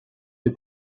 des